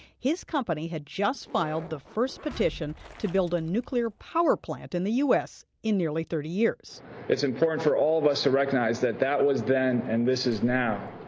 his company had just filed the first petition to build a nuclear power plant in the u s. in nearly thirty years it's important for all of us to recognize that that was then, and this is now.